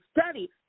study